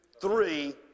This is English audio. three